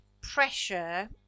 pressure